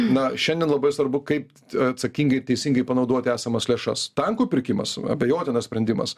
na šiandien labai svarbu kaip atsakingai teisingai panaudoti esamas lėšas tankų pirkimas abejotinas sprendimas